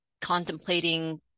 contemplating